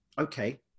Okay